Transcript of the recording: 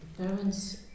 parents